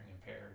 impaired